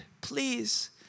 please